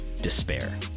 despair